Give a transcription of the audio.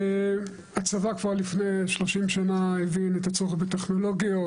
הצבא כבר לפני 30 שנה הבין את הצורך בטכנולוגיות,